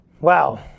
Wow